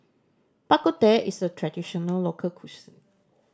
Bak Kut Teh is a traditional local